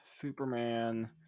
Superman